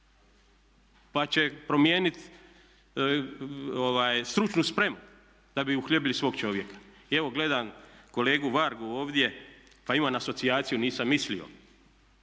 pa će promijenit stručnu spremu da bi uhljebili svog čovjeka. I evo gledam kolegu Vargu ovdje pa imam asocijaciju nisam mislio.